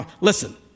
Listen